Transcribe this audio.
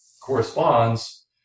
corresponds